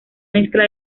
mezcla